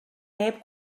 neb